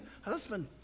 husband